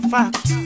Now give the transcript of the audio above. fact